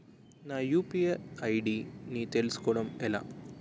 నా UPI ID ని తెలుసుకోవడం ఎలా?